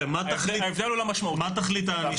מהי תכלית הענישה?